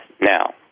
Now